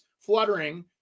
fluttering